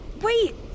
Wait